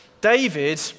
David